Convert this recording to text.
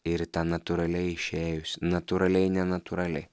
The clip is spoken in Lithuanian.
ir į tą natūraliai išėjus natūraliai nenatūraliai